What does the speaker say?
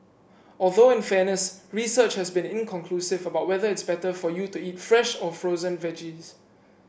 although in fairness research has been inconclusive about whether it's better for you to eat fresh or frozen veggies